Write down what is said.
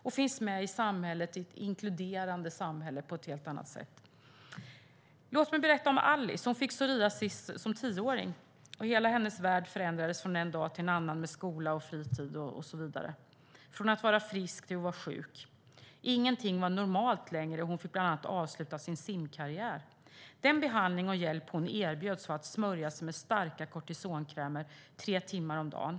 De skulle då finnas med i ett inkluderande samhälle på ett helt annat sätt. Låt mig berätta om Alice. Hon fick psoriasis som tioåring. Hela hennes värld förändrades från en dag till en annan med skola, fritid och så vidare från att vara frisk till att vara sjuk. Ingenting var normalt längre. Hon fick bland annat avsluta sin simkarriär. Den behandling och hjälp hon erbjöds var att smörja sig med starka kortisonkrämer tre timmar om dagen.